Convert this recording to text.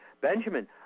benjamin